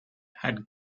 had